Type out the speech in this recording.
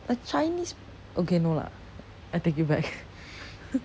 a chinese okay no lah I take it back